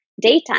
daytime